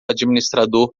administrador